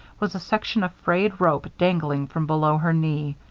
was a section of frayed rope dangling from below her knee.